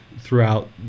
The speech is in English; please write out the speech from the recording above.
throughout